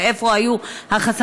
ואיפה היו חסמים,